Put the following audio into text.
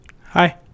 Hi